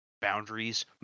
boundaries